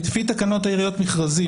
לפי תקנות העיריות (מכרזים),